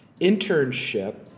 internship